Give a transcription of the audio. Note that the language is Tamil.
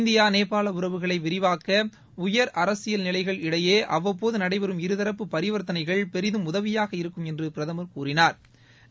இந்தியா நேபாள உறவுகளை விரிவாக்க உயர் அரசியல் நிலைகள்இடையே அவ்வப்போது நடைபெறும் இருதரப்பு பரிவர்த்தனைகள் பெரிதும் உதவியாக இருக்கும் என்று பிரதமர் கூறினாா்